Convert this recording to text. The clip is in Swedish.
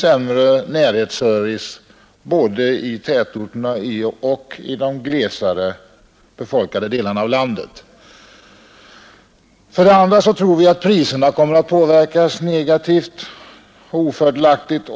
sämre närhetsservice både i tätorterna och i de glesare befolkade delarna av landet. För det andra tror vi att priserna kommer att påverkas ofördelaktigt.